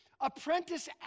apprentice